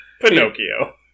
Pinocchio